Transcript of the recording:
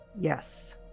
Yes